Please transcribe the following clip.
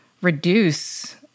reduce